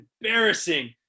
embarrassing